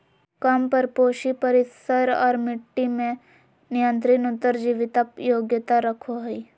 कम परपोषी परिसर और मट्टी में नियंत्रित उत्तर जीविता योग्यता रखो हइ